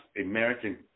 American